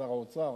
שר האוצר,